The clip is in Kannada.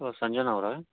ಹಲೋ ಸಂಜನಾ ಅವರಾ